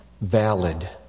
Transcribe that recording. valid